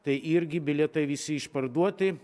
tai irgi bilietai visi išparduoti